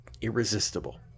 irresistible